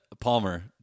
Palmer